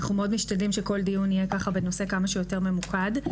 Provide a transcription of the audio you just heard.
אנחנו מאוד משתדלים שכל דיון יהיה בנושא כמה שיותר ממוקד.